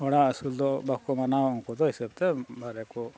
ᱦᱚᱲᱟᱜ ᱟᱹᱥᱩᱞ ᱫᱚ ᱵᱟᱠᱚ ᱢᱟᱱᱟᱣ ᱩᱱᱠᱩ ᱫᱚ ᱦᱤᱥᱟᱹᱵ ᱛᱮ ᱵᱟᱨᱮ ᱠᱚ